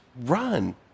run